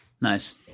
Nice